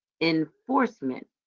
Enforcement